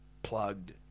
Plugged